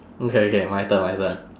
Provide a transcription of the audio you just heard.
okay okay my turn my turn